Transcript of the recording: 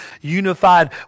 unified